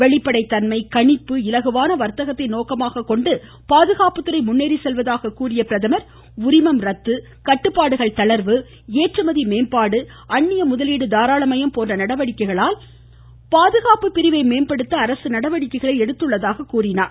வெளிப்படைத்தண்மை கணிப்பு இலகுவான வர்த்தகத்தை நோக்கமாக கொண்டு பாதுகாப்புத்துறை முன்னேறி செல்வதாக கூறிய அவர் உரிமம் ரத்து கட்டுப்பாடுகள் தளர்வு ஏற்றுமதி மேம்பாடு அந்நிய முதலீடு தாராளமயம் போன்ற நடவடிக்கைகளால் பாதுகாப்பு பிரிவை மேம்படுத்த அரசு நடவடிக்கைகளை எடுத்துள்ளதாக கூறினார்